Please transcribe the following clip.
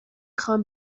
خوام